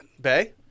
Bay